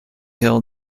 hill